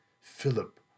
Philip